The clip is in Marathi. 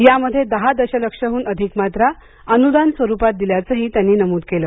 यामध्ये दहा दशलक्षहून अधिक मात्रा अनुदान स्वरुपात दिल्याचंही त्यांनी नमूद केलं